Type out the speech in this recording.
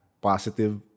positive